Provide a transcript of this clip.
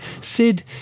Sid